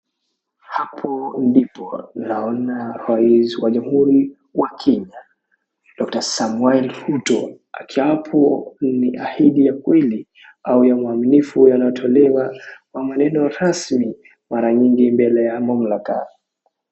Hapo ndipo naona rais wa jamhuri ya Kenya doctor Samoei Ruto akiapa ahidi ya kweli au ya uaminifu yanayotolewa kwa maneno rasmi mara nyingi mbele ya mamlaka.